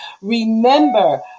Remember